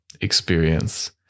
experience